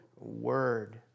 word